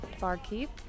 Barkeep